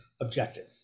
objective